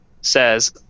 says